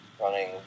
running